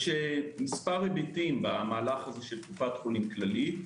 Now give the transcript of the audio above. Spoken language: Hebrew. יש מספר היבטים במהלך הזה של קופת חולים כללית,